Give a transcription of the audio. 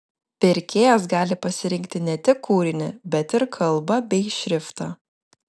pirkėjas gali pasirinkti ne tik kūrinį bet ir kalbą bei šriftą